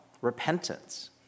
repentance